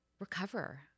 Recover